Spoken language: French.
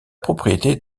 propriété